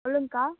சொல்லுங்கக்கா